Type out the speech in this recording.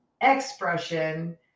expression